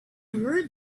heard